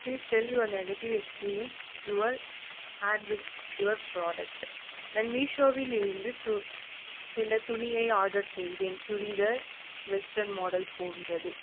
please tell your negative experience your had with your product நான் மீஷோவில் இருந்து து சில துணியை ஆர்டர் செய்தேன் சுடிதார் வெஸ்ட்டன் மாடல் போன்றது